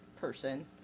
person